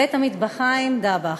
בית-המטבחיים "דבאח".